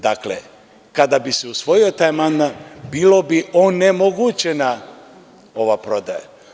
Dakle, kada bi se usvojio taj amandman bila bi onemogućena ova prodaja.